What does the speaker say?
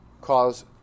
cause